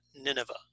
Nineveh